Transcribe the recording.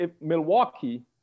Milwaukee